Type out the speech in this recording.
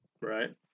Right